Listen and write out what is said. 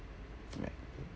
mac